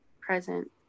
present